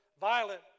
violent